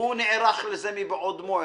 והוא נערך לזה מבעוד מועד,